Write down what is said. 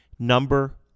Number